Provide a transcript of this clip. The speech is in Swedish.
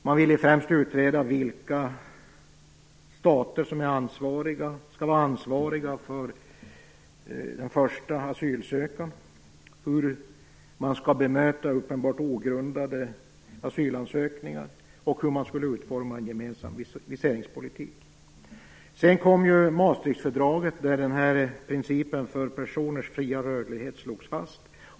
Man ville främst utreda vilka stater som skall vara ansvariga för den första asylansökan, hur man skall bemöta uppenbart ogrundade asylansökningar och hur man skall utforma en gemensam viseringspolitik. Sedan kom ju Maastrichtfördraget, där principen för personers fria rörlighet slogs fast.